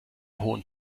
hohen